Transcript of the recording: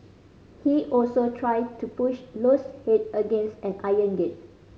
he also tried to push Low's head against an iron gate